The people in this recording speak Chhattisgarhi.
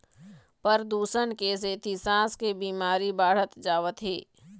परदूसन के सेती सांस के बिमारी बाढ़त जावत हे